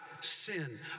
sin